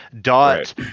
Dot